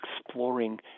exploring